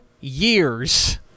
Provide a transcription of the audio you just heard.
years